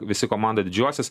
visi komanda didžiuosis